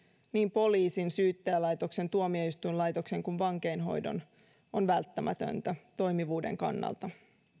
niin poliisin syyttäjälaitoksen tuomioistuinlaitoksen kuin vankeinhoidon resursointi on välttämätöntä toimivuuden kannalta